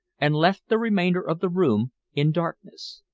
and left the remainder of the room in darkness.